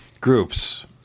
groups